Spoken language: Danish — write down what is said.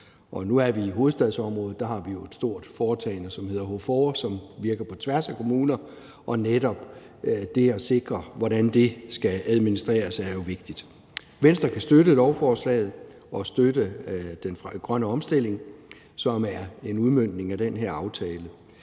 nu er vi i hovedstadsområdet, og der har vi jo et stort foretagende, som hedder HOFOR, som virker på tværs af kommuner; og netop det at sikre, hvordan det skal administreres, er jo vigtigt. Venstre kan støtte lovforslaget og støtte den grønne omstilling, som det udmøntes i den her aftale.